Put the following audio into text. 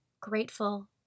grateful